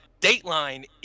Dateline